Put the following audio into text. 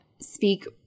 speak